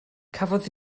cafodd